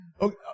Okay